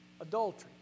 Adultery